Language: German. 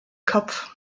kopf